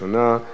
מי בעד?